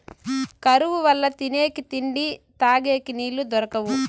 కరువు వల్ల తినేకి తిండి, తగేకి నీళ్ళు దొరకవు